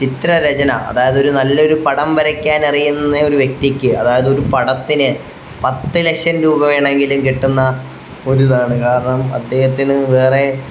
ചിത്രരചന അതായതൊരു നല്ലൊരു പടം വരയ്ക്കാൻ അറിയുന്ന ഒരു വ്യക്തിക്ക് അതായത് ഒരു പടത്തിന് പത്ത് ലക്ഷം രൂപ വേണമെങ്കിലും കിട്ടുന്ന ഒരുതാണ് കാരണം അദ്ദേഹത്തിന് വേറെ